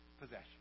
possession